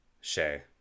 Shay